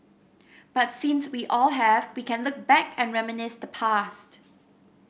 but since we all have we can look back and reminisce the past